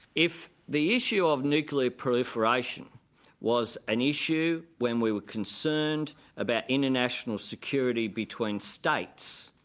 if the issue of nuclear proliferation was an issue when we were concerned about international security between states,